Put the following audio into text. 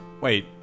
Wait